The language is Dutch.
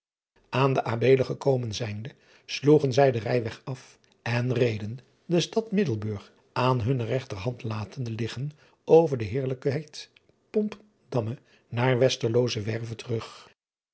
an de beele gekomen zijnde sloegen zij den rijweg af en reden de stad iddelburg aan hunne regterhand latende liggen over de eerlijkheid oppendamme naar aterloozewerve terug